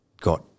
got –